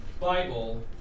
Bible